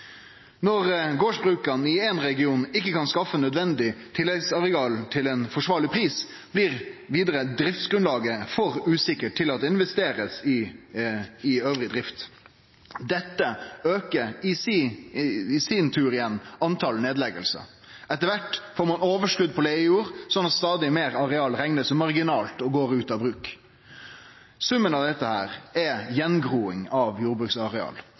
Når gardsbruka i ein region ikkje kan skaffe nødvendig tilleggsareal til ein forsvarleg pris, blir driftsgrunnlaget for usikkert til at det blir investert i vidare drift. Dette aukar i sin tur talet på nedleggingar. Etter kvart får ein overskot på leigejord, slik at stadig meir areal blir rekna om marginalt og går ut av bruk. Summen av dette er gjengroing av jordbruksareal.